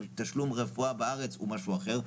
תשלום רפואה בארץ הוא משהו אחר,